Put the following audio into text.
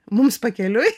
mums pakeliui